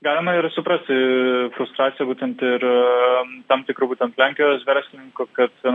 galima ir suprasti frustraciją būtent ir tam tikrų būtent lenkijos verslininkų kad